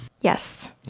Yes